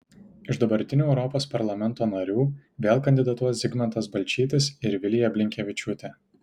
iš dabartinių europos parlamento narių vėl kandidatuos zigmantas balčytis ir vilija blinkevičiūtė